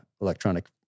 electronic